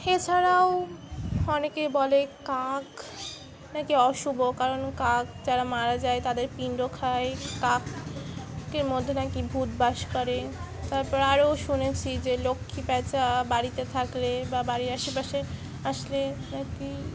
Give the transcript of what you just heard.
এছাড়াও অনেকেই বলে কাক নাকি অশুভ কারণ কাক যারা মারা যায় তাদের পিণ্ড খায় কাকের মধ্যে নাকি ভূত বাস করে তারপর আরও শুনেছি যে লক্ষ্মী প্যাঁচা বাড়িতে থাকলে বা বাড়ির আশেপাশে আসলে নাকি